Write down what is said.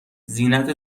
زینت